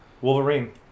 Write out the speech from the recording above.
Wolverine